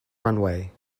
runway